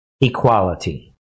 equality